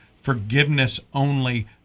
forgiveness-only